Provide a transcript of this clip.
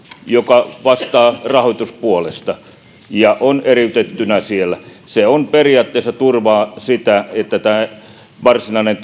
joka vastaa rahoituspuolesta ja on eriytettynä siellä se periaatteessa turvaa sitä että tämä varsinainen